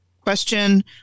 question